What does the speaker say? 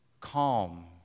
calm